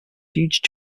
huge